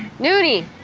noonie!